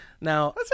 Now